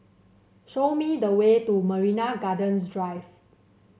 show me the way to Marina Gardens Drive